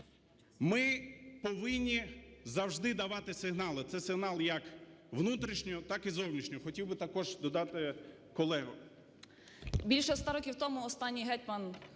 Ми повинні завжди давати сигнали – це сигнал як внутрішньо, так і зовнішньо. Хотів би також додати колега.